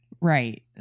Right